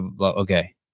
okay